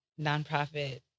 nonprofit